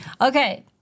okay